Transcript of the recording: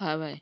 हवे